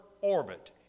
orbit